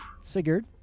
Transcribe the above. Sigurd